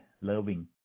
loving